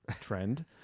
trend